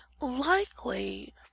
likely